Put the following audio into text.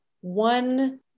one